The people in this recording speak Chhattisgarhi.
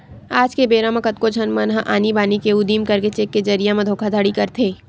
आज के बेरा म कतको झन मन ह आनी बानी के उदिम करके चेक के जरिए म धोखाघड़ी करथे